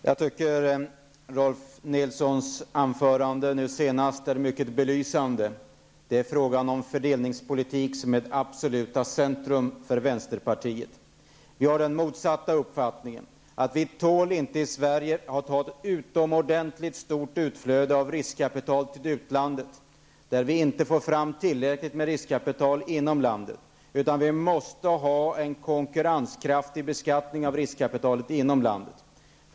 Herr talman! Jag tycker att Rolf L Nilsons senaste anförande är mycket belysande. Det är fördelningspolitiken som står i centrum för vänsterpartiet. Vi har den motsatta uppfattningen. Sverige tål inte ett utomordentligt stort utflöde av riskkapital till utlandet, så att vi inte får fram tillräckligt med riskkapital inom landet. Vi måste ha en konkurrenskraftig beskattning av riskkapitalet inom landet.